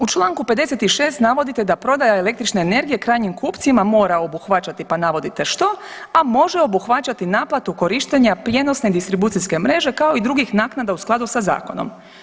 U čl. 56. navodite da prodaja električne energije krajnjim kupcima mora obuhvaćati, pa navodite što, a može obuhvaćati naplatu korištenja prijenosne distribucijske mreže, kao i drugih naknada u skladu sa zakonom.